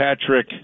Patrick